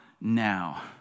now